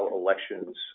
elections